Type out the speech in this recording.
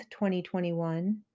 2021